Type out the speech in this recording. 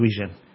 vision